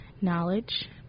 knowledge